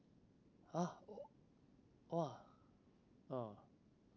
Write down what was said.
ah !wah! oh